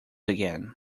again